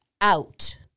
out